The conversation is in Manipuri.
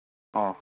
ꯑꯣ